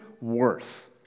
worth